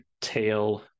Tail